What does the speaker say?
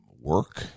work